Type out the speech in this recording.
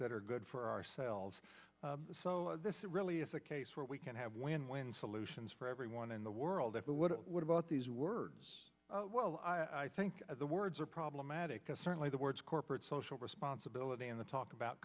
that are good for ourselves so this really is a case where we can have win win solutions for everyone in the world what about these words i think the words are problematic because certainly the words corporate social responsibility and the talk about